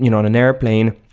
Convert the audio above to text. you know in an airplane,